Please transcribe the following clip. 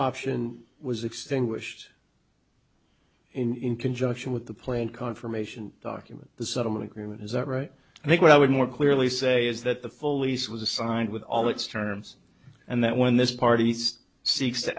option was extinguished in conjunction with the planned confirmation document the settlement agreement is that right i think what i would more clearly say is that the full lease was assigned with all its terms and that when this party east seeks to